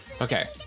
Okay